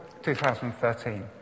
2013